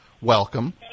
welcome